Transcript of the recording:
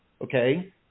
okay